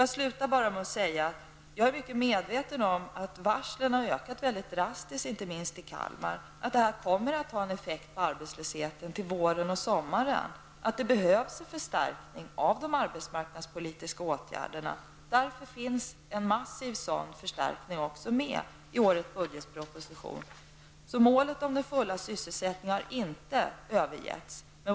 Jag är mycket medveten om att antalet varsel har ökat mycket drastiskt, inte minst i Kalmar. Det kommer att få effekt på arbetslösheten till våren och sommaren. Det behövs en förstärkning av de arbetsmarknadspolitiska åtgärderna. Därför finns en massiv sådan förstärkning också med i årets budgetproposition. Målet om den fulla sysselsättningen har inte övergetts.